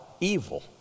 evil